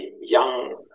young